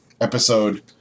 episode